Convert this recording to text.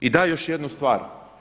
I da, još jednu stvar.